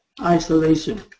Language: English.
isolation